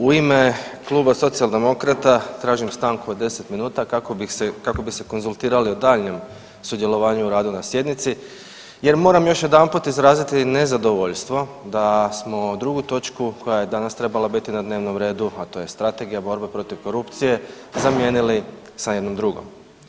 U ime kluba Socijaldemokrata tražim stanku od 10 minuta kako bi se konzultirali o daljnjem sudjelovanju u radu na sjednici jer moram još jedanput izraziti nezadovoljstvo da smo drugu točku koja je danas trebala biti na dnevnom redu, a to je Strategija borbe protiv korupcije zamijenili sa jednom drugom.